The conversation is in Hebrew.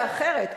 זה אחרת,